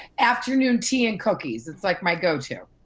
afternoon tea and cookies. it's like my go-to.